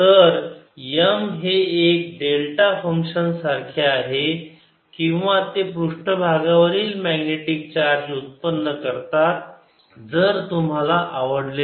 M Hinside MHoutside0B 0H MBinside o M M0Boutside0 तर M हे एका डेल्टा फंक्शन सारखे आहे किंवा ते पृष्ठभागावरील मॅग्नेटिक चार्ज उत्पन्न करतात जर तुम्हाला आवडले तर